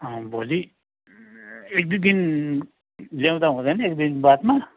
भोलि एक दुई दिन ल्याउँदा हुँदैन एक दुई दिन बादमा